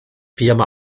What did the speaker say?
firma